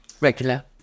Regular